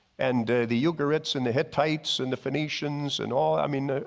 and the eucharist so and the hittites and the phoenicians and all i mean